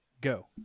go